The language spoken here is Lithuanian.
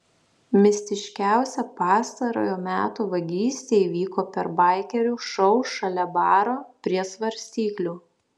mistiškiausia pastarojo meto vagystė įvyko per baikerių šou šalia baro prie svarstyklių